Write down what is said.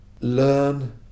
learn